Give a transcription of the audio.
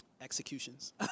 executions